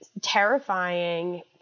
terrifying